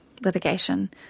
litigation